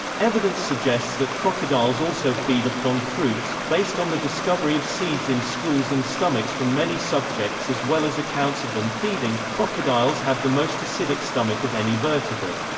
evidence suggests that crocodiles also feed upon fruits, based on the discovery of seeds in stools and stomachs from many subjects as well as accounts of them feeding crocodiles have the most acidic stomach of any vertebrate.